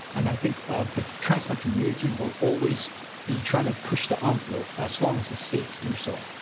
and i think the transplant community will always be trying to push the envelope, as long as it's safe to do so.